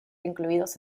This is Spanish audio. incluidos